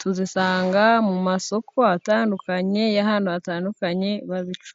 tuzisanga mu masoko atandukanye y'ahantu hatandukanye bazicuruza.